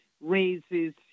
raises